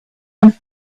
one